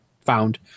found